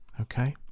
Okay